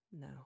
no